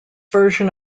version